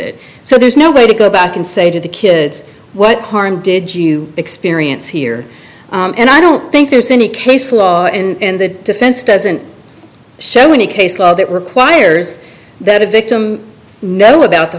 it so there's no way to go back and say to the kids what harm did you experience here and i don't think there's any case law and the defense doesn't show any case law that requires that a victim know about the